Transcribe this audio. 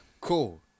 Cool